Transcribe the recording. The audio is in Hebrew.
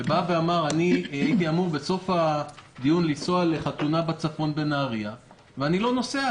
שאמר: הייתי אמור בסוף הדיון לנסוע לחתונה בנהרייה ואני לא נוסע,